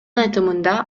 айтымында